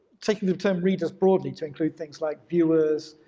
taking the term readers broadly to include things like viewers,